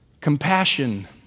compassion